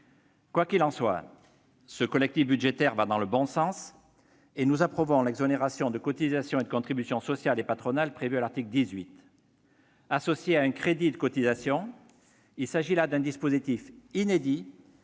Quoi qu'il en soit, ce PLFR va dans le bon sens et nous approuvons l'exonération de cotisations et de contributions sociales et patronales prévue à l'article 18. Associé à un crédit de cotisations, il s'agit là d'un dispositif inédit